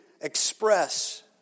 express